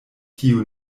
tio